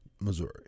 Missouri